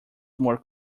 more